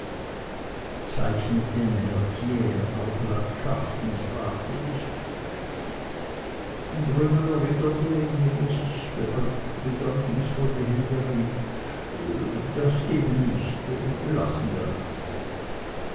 zeichnet denn der herr thiers auch landschaften fragte ich und römer erwiderte indem er sich bedeutungsvoll die hände rieb das eben nicht lassen wir das